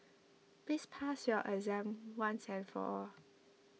please pass your exam once and for all